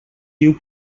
diu